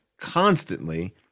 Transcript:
constantly